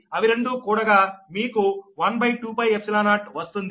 అవి రెండూ కూడగా మీకు 12π0వస్తుంది